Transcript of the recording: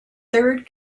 third